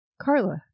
Carla